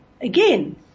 Again